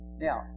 Now